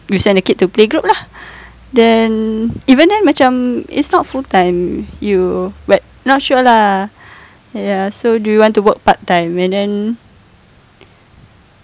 you send the kid to play group lah then even then even then it's not full time you but not sure lah ya so do you want to work part time and then